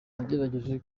nagerageje